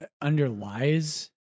underlies